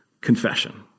confession